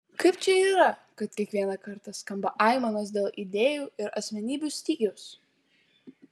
kaip čia yra kad kiekvieną kartą skamba aimanos dėl idėjų ir asmenybių stygiaus